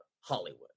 Hollywood